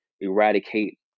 eradicate